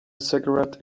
cigarette